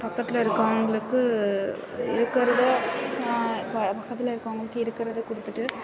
பக்கத்தில் இருக்கவங்களுக்கு இருக்கிறத பக்கத்தில் இருக்கவங்களுக்கு இருக்கிறத கொடுத்துட்டு